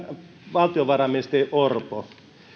valtiovarainministeri orpo